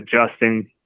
adjusting